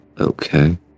okay